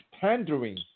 pandering